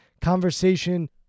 conversation